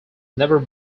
never